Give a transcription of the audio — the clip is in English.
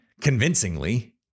convincingly